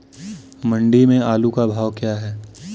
मंडी में आलू का भाव क्या है?